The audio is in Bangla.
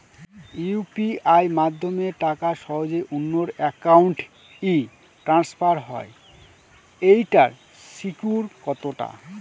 ইউ.পি.আই মাধ্যমে টাকা সহজেই অন্যের অ্যাকাউন্ট ই ট্রান্সফার হয় এইটার সিকিউর কত টা?